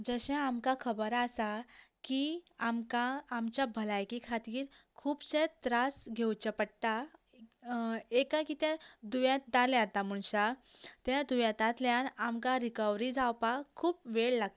जशें आमकां खबर आसा की आमकां आमच्या भलायकी खातीर खुबशे त्रास घेवचे पडटा एका कित्याक दुयेंत जाले आतां मनशाक त्या दुयेंसांतल्यान आमकां रिकवरी जावपाक खूब वेळ लागता